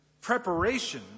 preparation